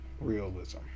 realism